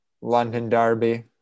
London-Derby